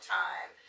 time